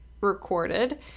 recorded